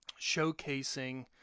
showcasing